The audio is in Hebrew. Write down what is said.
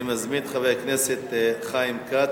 אני מזמין את חבר הכנסת חיים כץ,